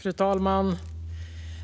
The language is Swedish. Fru talman!